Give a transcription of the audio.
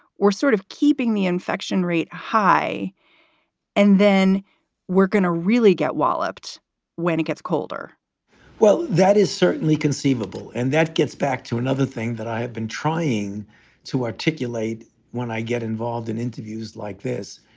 we're sort of keeping the infection rate high and then we're going to really get walloped when it gets colder well, that is certainly conceivable. and that gets back to another thing that i have been trying to articulate when i get involved in interviews like this,